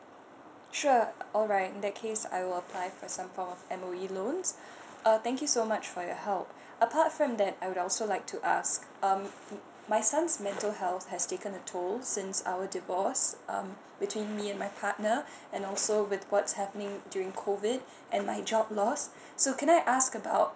sure alright in that case I will apply for some form M_O_E loans uh thank you so much for your help apart from that I would also like to ask um my son's mental health has taken a toll since our divorce um between me and my partner and also with what's happening during COVID and my job loss so can I ask about